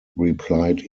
replied